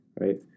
Right